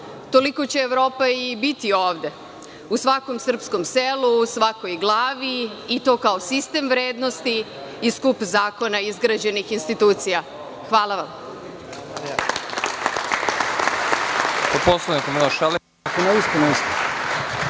toliko će Evropa i biti ovde, u svakom srpskom selu, u svakoj glavi i to kao sistem vrednosti i skup zakona izgrađenih institucija. Hvala.